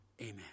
amen